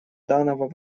данного